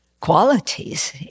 qualities